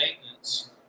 maintenance